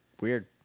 Weird